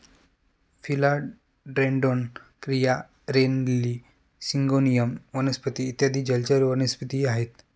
फिला dendron, rhoeo, rain lily, syngonium वनस्पती इत्यादी जलचर वनस्पतीही आहेत